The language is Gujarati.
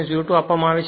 02 આપવામાં આવે છે